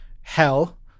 hell